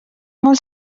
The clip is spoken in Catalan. molt